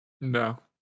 No